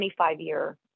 25-year